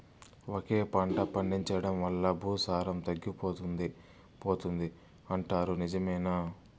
ఒకే పంట పండించడం వల్ల భూసారం తగ్గిపోతుంది పోతుంది అంటారు నిజమేనా